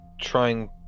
trying